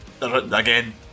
Again